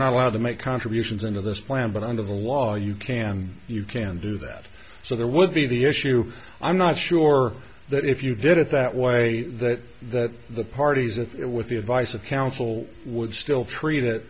not allowed to make contributions into this plan but under the law you can and you can do that so there would be the issue i'm not sure that if you did it that way that that the parties if it with the advice of counsel would still treat it